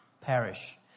perish